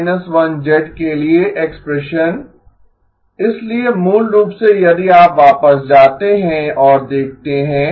अब GN−1 के लिए एक्सप्रेशन इसलिए मूल रूप से यदि आप वापस जाते हैं और देखते हैं